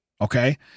okay